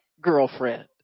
girlfriend